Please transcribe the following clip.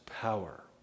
power